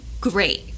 great